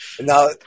Now